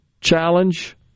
challenge